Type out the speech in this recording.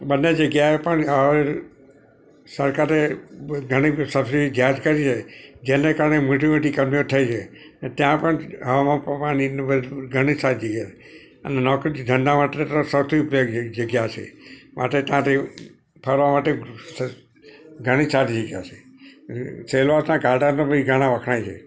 બંને જગ્યાએ પણ સરકારે ઘણી સબસિડી જાહેર કરી દીધી છે જેના કારણે મોટી મોટી કંપનીઓ થઈ છે ત્યાં પણ હવામાન પાણી ઘણી સારી જગ્યા છે અને નોકરી ધંધા માટે તો સૌથી બેસ્ટ જગ્યા છે માટે ત્યાં ફરવા માટે સ ઘણી સારી જગ્યા છે સેલવાસના કાંઠા ઘણા વખણાય છે